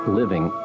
living